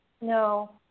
no